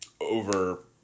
over